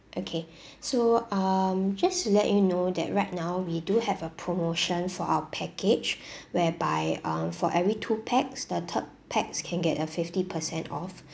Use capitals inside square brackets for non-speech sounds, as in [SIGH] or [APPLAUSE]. okay [BREATH] so um just to let you know that right now we do have a promotion for our package [BREATH] whereby uh for every two pax the third pax can get a fifty percent off